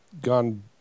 gone